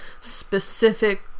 specific